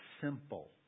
simple